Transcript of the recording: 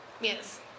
Yes